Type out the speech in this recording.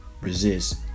resist